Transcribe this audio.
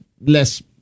less